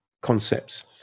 concepts